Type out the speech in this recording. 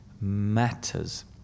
matters